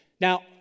Now